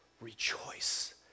rejoice